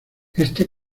este